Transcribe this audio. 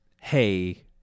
hey